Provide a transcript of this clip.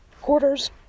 Quarters